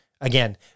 Again